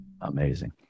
Amazing